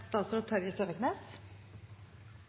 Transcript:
statsråd Søviknes